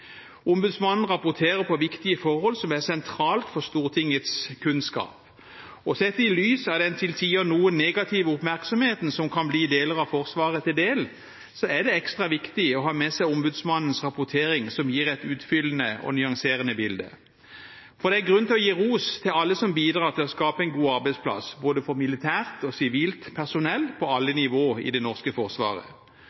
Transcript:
Ombudsmannen rapporterer om viktige forhold som er sentralt for Stortingets kunnskap, og sett i lys av den til tider noe negative oppmerksomheten som kan bli deler av Forsvaret til del, er det ekstra viktig å ha med seg ombudsmannens rapportering, som gir et utfyllende og nyanserende bilde. For det er grunn til å gi ros til alle som bidrar til å skape en god arbeidsplass, for både militært og sivilt personell på alle